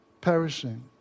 perishing